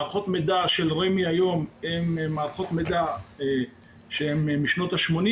מערכות המידע של רמ"י היום הן מערכות משנות השמונים